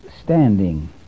standing